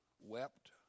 wept